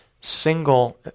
single